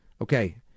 Okay